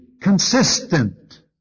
consistent